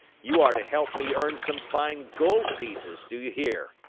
you are to help me earn some fine gold pieces, do you hear?